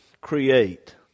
create